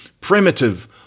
primitive